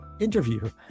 interview